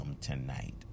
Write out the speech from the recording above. tonight